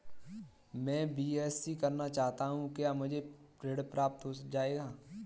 मैं बीएससी करना चाहता हूँ क्या मुझे ऋण प्राप्त हो जाएगा?